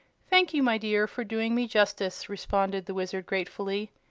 thank you, my dear, for doing me justice, responded the wizard, gratefully.